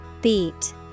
Beat